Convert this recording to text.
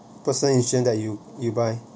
personal insurance that you you buy